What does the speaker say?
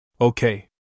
Okay